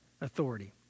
authority